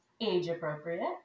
age-appropriate